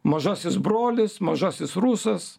mažasis brolis mažasis rusas